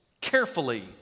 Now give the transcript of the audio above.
carefully